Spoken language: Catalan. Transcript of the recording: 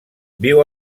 viu